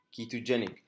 ketogenic